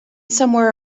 somewhere